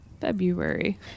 February